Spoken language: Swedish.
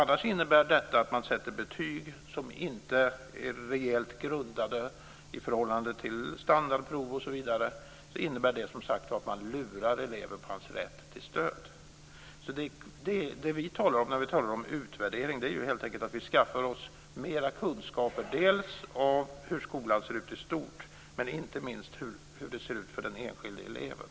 Annars innebär detta att man sätter betyg som inte är reellt grundade i förhållande till standardprov osv. Det innebär att man lurar eleven på hans rätt till stöd. Det vi menar när vi talar om utvärdering är helt enkelt att vi skaffar oss mera kunskaper dels om hur skolan ser ut i stort, dels inte minst hur det ser ut för den enskilde eleven.